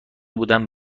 بودن